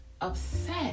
upset